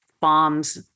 bombs